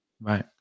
right